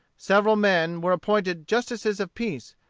several men were appointed justices of peace,